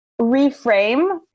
reframe